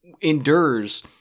endures